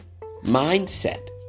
mindset